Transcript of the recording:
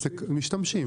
משתמשים.